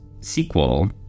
sequel